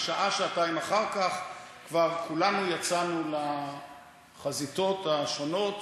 ושעה-שעתיים אחר כך כבר כולנו יצאנו לחזיתות השונות